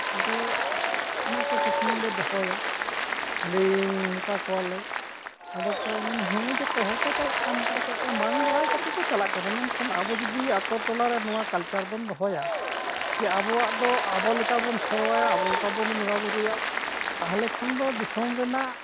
ᱟᱫᱚ ᱚᱱᱟ ᱠᱚ ᱠᱩᱠᱞᱤ ᱞᱮ ᱫᱚᱦᱚᱭᱟ ᱞᱟᱹᱭᱤᱧ ᱢᱮᱛᱟᱠᱚᱣᱟᱞᱮ ᱟᱫᱚ ᱠᱚ ᱢᱮᱱᱟ ᱦᱮᱸ ᱡᱚᱛᱚ ᱦᱚᱲᱞᱮ ᱪᱟᱞᱟᱜ ᱠᱟᱱ ᱛᱮᱞᱮ ᱪᱟᱞᱟᱜ ᱠᱟᱱᱟ ᱵᱟᱝ ᱵᱟᱲᱟᱭ ᱠᱟᱛᱮ ᱠᱚ ᱪᱟᱞᱟᱜ ᱠᱟᱱᱟ ᱢᱮᱱᱠᱷᱟᱱ ᱟᱵᱚ ᱡᱩᱫᱤ ᱟᱹᱛᱩ ᱴᱚᱞᱟ ᱨᱮ ᱱᱚᱣᱟ ᱠᱟᱞᱪᱟᱨ ᱵᱚᱱ ᱫᱚᱦᱚᱭᱟ ᱡᱮ ᱟᱵᱚᱣᱟᱜ ᱫᱚ ᱟᱵᱚ ᱞᱮᱠᱟ ᱵᱚᱱ ᱥᱮᱨᱣᱟᱭᱟ ᱟᱵᱚ ᱞᱮᱠᱟ ᱵᱚᱱ ᱵᱚᱸᱜᱟ ᱵᱩᱨᱩᱭᱟ ᱛᱟᱦᱚᱞᱮ ᱠᱷᱟᱱ ᱫᱚ ᱫᱤᱥᱚᱢ ᱨᱮᱱᱟᱜ